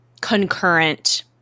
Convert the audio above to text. concurrent